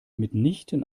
mitnichten